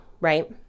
right